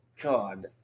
god